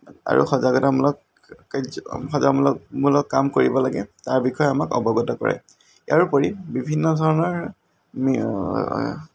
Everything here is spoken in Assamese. আৰু সজাগতামূলক কাম কৰিব লাগে তাৰ ওপৰত আমাক অৱগত কৰে তাৰোপৰি বিভিন্ন ধৰণৰ